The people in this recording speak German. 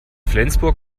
flensburg